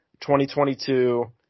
2022